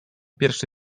pierwszy